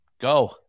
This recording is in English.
go